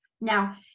Now